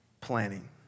Planning